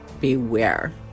beware